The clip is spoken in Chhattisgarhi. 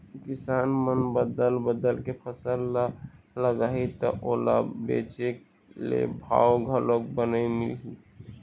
किसान मन बदल बदल के फसल ल लगाही त ओला बेचे ले भाव घलोक बने मिलही